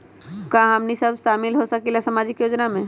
का हमनी साब शामिल होसकीला सामाजिक योजना मे?